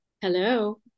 Hello